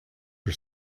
for